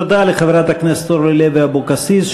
תודה לחברת הכנסת אורלי לוי אבקסיס.